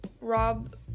rob